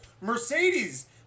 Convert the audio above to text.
mercedes